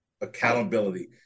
accountability